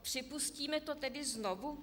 Připustíme to tedy znovu?